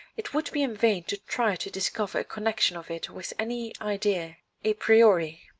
it would be in vain to try to discover a connection of it with any idea a priori.